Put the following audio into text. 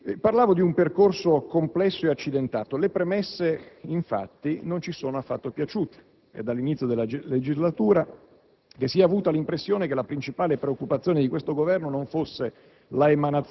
Parlavo di un percorso complesso e accidentato. Le premesse, infatti, non ci sono affatto piaciute. È dall'inizio della legislatura che si è avuta l'impressione che la principale preoccupazione di questo Governo non fosse